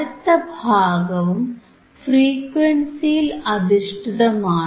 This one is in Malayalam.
അടുത്ത ഭാഗവും ഫ്രീക്വൻസിയിൽ അധിഷ്ഠിതമാണ്